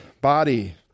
body